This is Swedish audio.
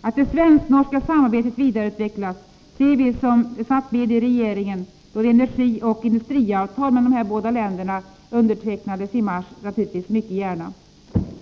Att det svensk-norska samarbetet vidareutvecklas ser vi, som satt med i regeringen då energioch energiavtal mellan dessa båda länder undertecknades i mars, naturligtvis med tillfredsställelse.